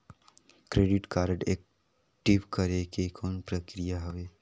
Credit card active करे के कौन प्रक्रिया हवे?